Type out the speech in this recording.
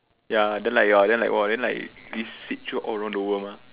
ya then like your then like !wah! then like it seep through all around the world ah